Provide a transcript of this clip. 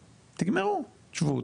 תשבו,